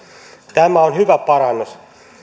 tämä on hyvä parannus